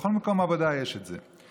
בכל מקום עבודה יש את זה.